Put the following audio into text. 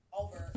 over